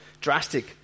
drastic